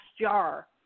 jar